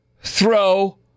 throw